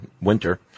winter